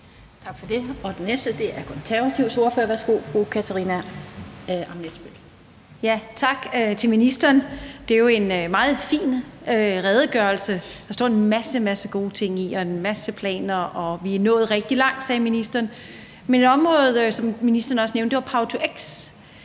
Tak for det. Den næste er Konservatives ordfører. Værsgo, fru Katarina Ammitzbøll. Kl. 16:35 Katarina Ammitzbøll (KF): Tak til ministeren. Det er jo en meget fin redegørelse. Der står en masse, masse gode ting og en masse planer, og vi er nået rigtig langt, sagde ministeren. Men et område, som ministeren også nævnte, var power-to-x.